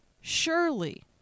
surely